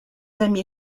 amis